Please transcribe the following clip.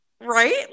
Right